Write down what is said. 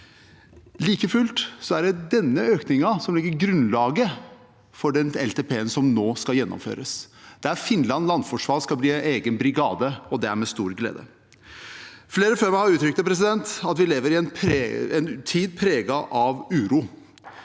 Like fullt er det denne økningen som legger grunnlaget for den langtidsplanen som nå skal gjennomføres, der Finnmark landforsvar skal bli en egen brigade, og det er med stor glede. Flere før meg har uttrykt at vi lever i en tid preget av uro.